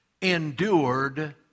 endured